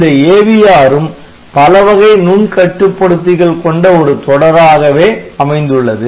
இந்த AVR ம் பலவகை நுண் கட்டுப்படுத்திகள் கொண்ட ஒரு தொடராகவே அமைந்துள்ளது